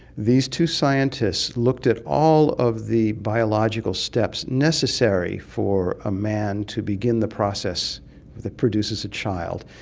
these two scientists looked at all of the biological steps necessary for a man to begin the process that produces a child,